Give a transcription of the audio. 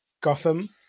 Gotham